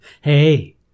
Hey